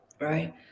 right